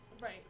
Right